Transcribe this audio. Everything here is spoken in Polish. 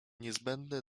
niezbędny